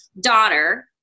daughter